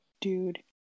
Dude